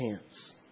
chance